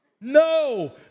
No